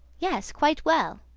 yes quite well.